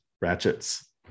ratchets